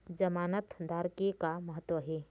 जमानतदार के का महत्व हे?